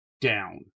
down